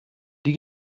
die